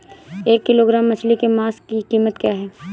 एक किलोग्राम मछली के मांस की कीमत क्या है?